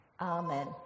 Amen